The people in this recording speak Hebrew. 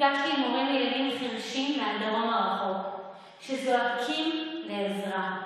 נפגשתי עם הורים לילדים חירשים מהדרום הרחוק שזועקים לעזרה.